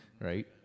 Right